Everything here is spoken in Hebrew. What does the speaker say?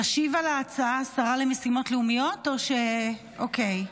תשיב על ההצעה השרה למשימות לאומיות, או, אוקיי,